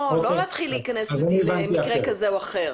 לא להיכנס למקרה כזה או אחר.